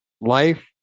life